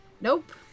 Nope